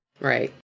Right